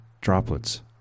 droplets